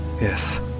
Yes